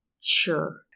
Sure